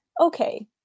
Okay